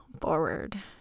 forward